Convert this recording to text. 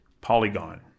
Polygon